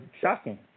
shocking